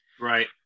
Right